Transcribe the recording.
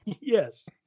Yes